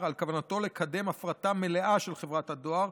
על כוונתו לקדם הפרטה מלאה של חברת הדואר,